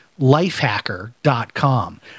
lifehacker.com